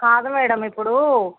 కాదు మేడం ఇప్పుడు